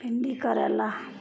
भिण्डी करैला